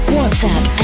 WhatsApp